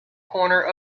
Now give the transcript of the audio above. corner